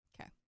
Okay